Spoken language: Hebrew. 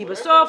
-- כי בסוף,